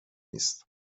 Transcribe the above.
نیست